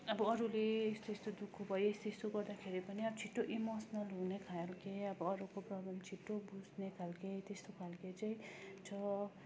अब अरूले यस्तो यस्तो दुःख भयो यस्तो यस्तो गर्दाखेरि पनि अब छिटो इमोसनल हुने खालके अब अरूको प्रब्लम छिटो बुझ्ने खालके त्यस्तो खालके चाहिँ छ